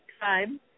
time